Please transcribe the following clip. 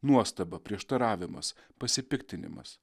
nuostaba prieštaravimas pasipiktinimas